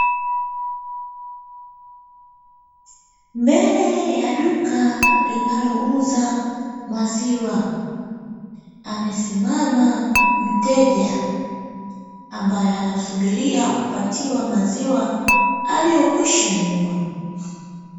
Mbele ya duka linalouza maziwa, amesimama mteja ambaye anasubiria kupatiwa maziwa aliyokwisha nunua.